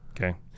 Okay